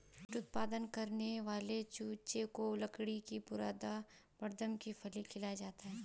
meet उत्पादन करने वाले चूजे को लकड़ी का बुरादा बड़दम की फली खिलाया जाता है